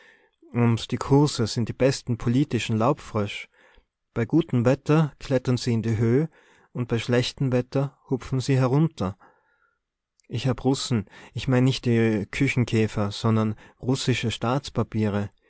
und die kurse sind die besten politischen laubfrösch bei gutem wetter klettern se in die höh und bei schlechtem wetter hupfen se erunter ich hab russen ich mein nicht die küchenkäfer sondern russische